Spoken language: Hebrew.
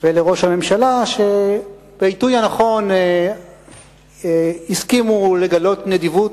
ולראש הממשלה שבעיתוי הנכון הסכימו לגלות נדיבות,